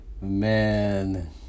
man